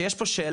שיש פה שאלה,